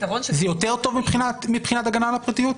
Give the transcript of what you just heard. זה יותר טוב מבחינת ההגנה על הפרטיות?